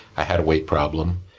i had a weight problem,